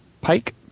pike